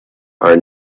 are